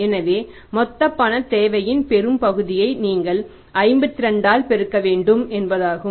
எனவே மொத்த பணத் தேவையின் பெரும்பகுதியை நீங்கள் 52 ஆல் பெருக்க வேண்டும் என்பதாகும்